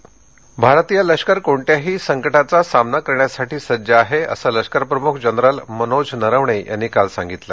सेनादिन् भारतीय लष्कर कोणत्याही संकटाचा सामना करण्यासाठी सज्ज आहे असं लष्कर प्रमुख जनरल मनोज नरवणे यांनी काल सांगितलं